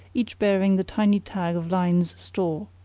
each bearing the tiny tag of lyne's store.